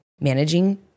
managing